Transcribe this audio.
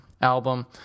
album